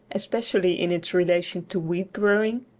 especially in its relation to wheat-growing,